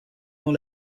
dans